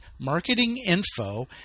marketinginfo